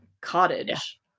cottage